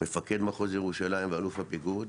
מפקד מחוז ירושלים ואלוף הפיקוד,